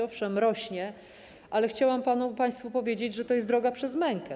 Owszem, rośnie, ale chciałam państwu powiedzieć, że to jest droga przez mękę.